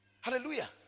Hallelujah